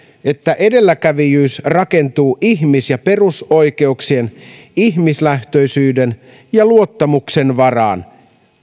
että edelläkävijyys rakentuu ihmis ja perusoikeuksien ihmislähtöisyyden ja luottamuksen varaan